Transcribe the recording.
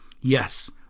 Yes